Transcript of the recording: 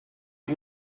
you